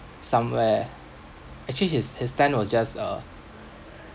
somewhere actually his his tent was just a